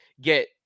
get